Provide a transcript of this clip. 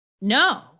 No